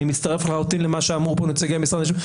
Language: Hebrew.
אני מצטרף לחלוטין למה שאמרו פה נציגי משרד המשפטים.